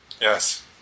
Yes